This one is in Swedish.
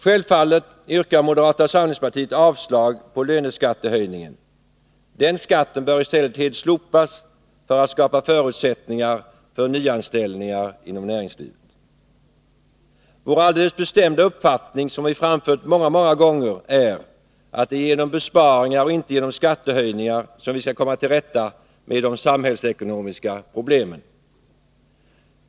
Självfallet yrkar moderata samlingspartiet avslag på löneskattehöjningen — den skatten bör i stället helt slopas för att skapa förutsättningar för nyanställningar inom näringslivet. Vår alldeles bestämda uppfattning som vi framfört många, många gånger är att det är genom besparingar och inte genom skattehöjningar som vi skall komma till rätta med de samhällsekonomiska problemen.